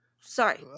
sorry